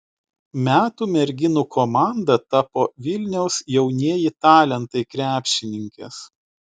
metų merginų komanda tapo vilniaus jaunieji talentai krepšininkės